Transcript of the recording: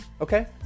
okay